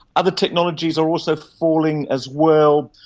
other technologies are also falling as well,